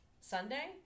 Sunday